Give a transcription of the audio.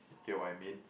get what I mean